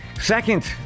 Second